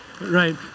Right